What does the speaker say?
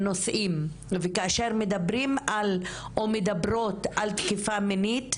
וכאשר מדברים ומדברות על תקיפה מינית,